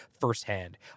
firsthand